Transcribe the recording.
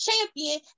champion